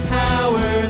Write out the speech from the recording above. power